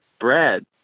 Brad